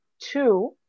two